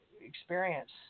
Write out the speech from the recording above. experience